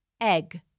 egg